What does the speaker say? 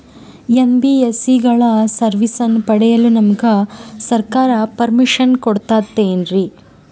NBSC ಗಳ ಸರ್ವಿಸನ್ನ ಪಡಿಯಲು ನಮಗೆ ಸರ್ಕಾರ ಪರ್ಮಿಷನ್ ಕೊಡ್ತಾತೇನ್ರೀ?